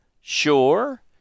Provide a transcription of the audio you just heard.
Sure